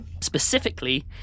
Specifically